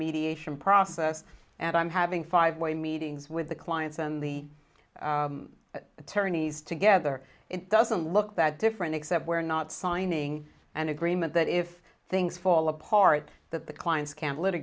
mediation process and i'm having five way meetings with the clients and the attorneys together it doesn't look that different except we're not signing an agreement that if things fall apart that the clients can't lit